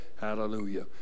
Hallelujah